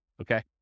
Okay